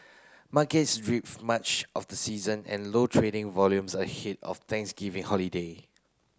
markets drift much of the season and low trading volumes ahead of Thanksgiving holiday